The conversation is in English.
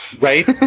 Right